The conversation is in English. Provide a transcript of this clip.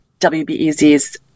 WBEZ's